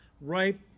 ripe